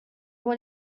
what